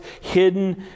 hidden